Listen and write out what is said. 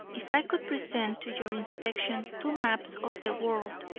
if i could present to your inspection two maps of the world,